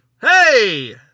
Hey